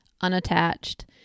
unattached